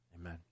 Amen